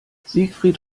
siegfried